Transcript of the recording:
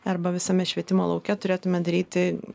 arba visame švietimo lauke turėtume daryti